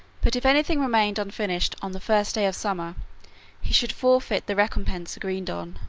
but if anything remained unfinished on the first day of summer he should forfeit the recompense agreed on.